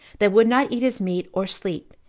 that would not eat his meat, or sleep,